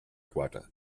quatre